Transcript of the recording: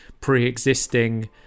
pre-existing